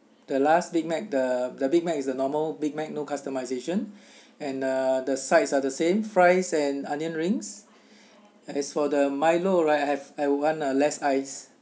the last big mac the the big mac is the normal big mac no customization and the the sides are the same fries and onion rings and as for the milo right I have I would want less ice